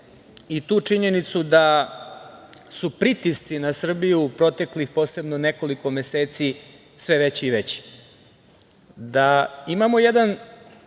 i tu činjenicu da su pritisci na Srbiju u proteklih nekoliko meseci sve veći i veći. Da imamo jedan